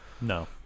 No